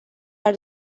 are